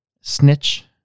snitch